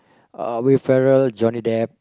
uh Will-Ferrell Johnny-Depp